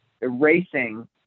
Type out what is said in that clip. erasing